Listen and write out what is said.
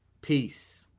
peace